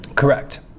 Correct